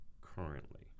currently